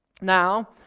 Now